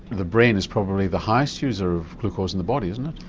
the brain is probably the highest user of glucose in the body isn't it?